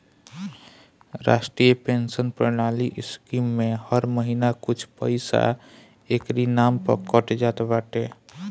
राष्ट्रीय पेंशन प्रणाली स्कीम में हर महिना कुछ पईसा एकरी नाम पअ कट जात बाटे